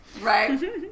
Right